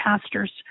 pastors